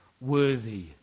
worthy